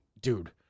Dude